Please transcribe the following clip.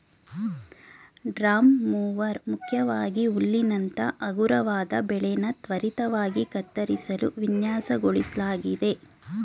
drum mower ಮುಖ್ಯವಾಗಿ ಹುಲ್ಲಿನಂತ ಹಗುರವಾದ ಬೆಳೆನ ತ್ವರಿತವಾಗಿ ಕತ್ತರಿಸಲು ವಿನ್ಯಾಸಗೊಳಿಸ್ಲಾಗಿದೆ